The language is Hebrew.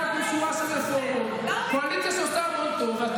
זה ממש קשה, קואליציה שמקדמת את הכלכלה, לשבת כאן.